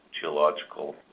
geological